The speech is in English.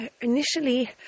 initially